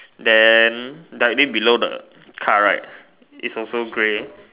then directly below the car right it's also grey